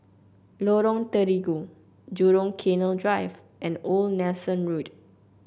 Lorong Terigu Jurong Canal Drive and Old Nelson Road